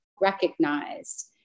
recognized